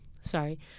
sorry